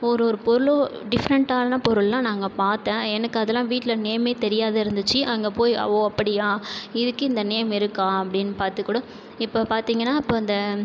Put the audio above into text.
ஒரு ஒரு பொருளும் டிஃப்ரெண்ட்டான பொருளெலாம் நான் அங்கே பார்த்தேன் எனக்கு அதெலாம் வீட்டில் நேமே தெரியாத இருந்துச்சு அங்கே போய் ஓ அப்படியா இதுக்கு இந்த நேம் இருக்கா அப்படினு பார்த்துக்கூட இப்போ பார்த்தீங்கனா இப்போது அந்த